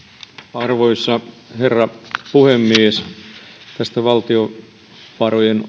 arvoisa herra puhemies tästä valtiovarojen